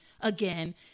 again